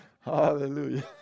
Hallelujah